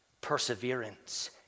perseverance